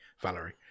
Valerie